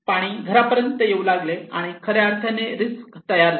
पाणी घरापर्यंत येऊ लागले आणि खऱ्या अर्थाने रिस्क तयार झाली